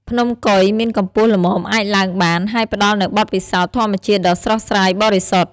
ភ្នំកុយ មានកម្ពស់ល្មមអាចឡើងបាន ហើយផ្តល់នូវបទពិសោធន៍ធម្មជាតិដ៏ស្រស់ស្រាយបរិសុទ្ធ។